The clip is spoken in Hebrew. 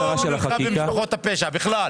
מלחמה במשפחות הפשע בכלל.